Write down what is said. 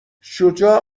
شجاع